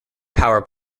power